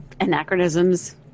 anachronisms